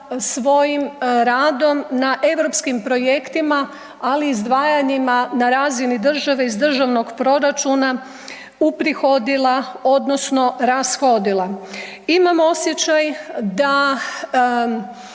svojim radom na europskim projektima, ali izdvajanjima na razini države iz državnog proračuna uprihodila odnosno rashodila. Imam osjećaj da